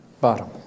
bottom